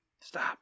Stop